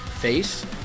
face